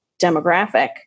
demographic